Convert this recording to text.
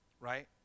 right